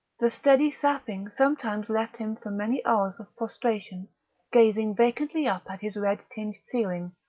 the steady sapping sometimes left him for many hours of prostration gazing vacantly up at his red-tinged ceiling,